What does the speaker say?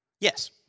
Yes